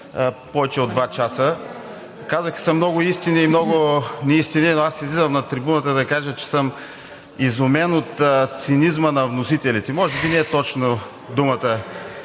повече от два часа. Казаха се много истини и много неистини, но аз излизам на трибуната, за да кажа, че съм изумен от цинизма на вносителите. Може би не точно думата